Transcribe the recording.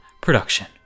production